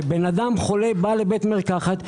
כשאדם חולה בא לבית מרקחת,